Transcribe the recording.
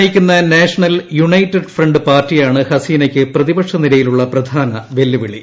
നയിക്കുന്ന National United Front പാർട്ടിയാണ് ഹസീനയ്ക്ക് പ്രതിപക്ഷ നിരയിലുള്ള പ്രധാന വെല്ലുവിളി